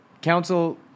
council